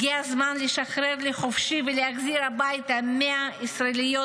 הגיע הזמן לשחרר לחופשי ולהחזיר הביתה 100 ישראליות